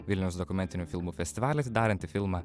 vilniaus dokumentinių filmų festivaliuose darantį filmą